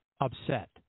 upset